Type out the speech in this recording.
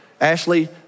Ashley